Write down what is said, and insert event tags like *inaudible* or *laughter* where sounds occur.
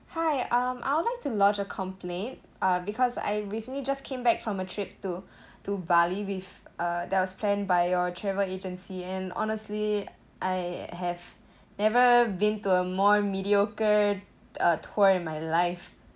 hi um I would like to lodge a complaint uh because I recently just came back from a trip to *breath* to bali with uh that was planned by your travel agency and honestly I have never been to a more mediocre uh tour in my life